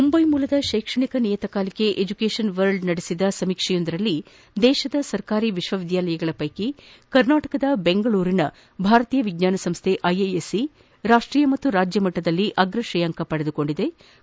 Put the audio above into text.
ಮುಂಬೈ ಮೂಲದ ಶೈಕ್ಷಣಿಕ ನಿಯತಕಾಲಿಕೆ ಎಜುಕೇಷನ್ ವರ್ಲ್ಡ್ ನಡೆಸಿದ ಸಮೀಕ್ಷೆಯಲ್ಲಿ ದೇಶದ ಸರ್ಕಾರಿ ವಿಶ್ವವಿದ್ಯಾಲಯಗಳ ಪೈಕಿ ದೆಂಗಳೂರಿನ ಭಾರತೀಯ ವಿಜ್ಞಾನ ಸಂಸ್ಥೆ ಐಐಎಸ್ಸಿ ರಾಷ್ಷೀಯ ಹಾಗೂ ರಾಜ್ಯ ಮಟ್ಲದಲ್ಲಿ ಮೊದಲ ಶ್ರೇಯಾಂಕ ಪಡೆದುಕೊಂಡಿದ್ಲು